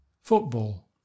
Football